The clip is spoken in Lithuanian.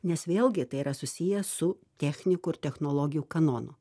nes vėlgi tai yra susiję su technikų ir technologijų kanonu